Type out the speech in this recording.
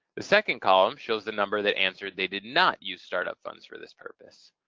the second column shows the number that answered they did not use startup funds for this purpose.